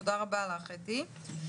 תודה רבה לך, אתי.